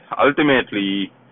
ultimately